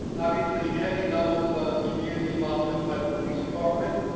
obviously, heavy levels of community involvement by the police department,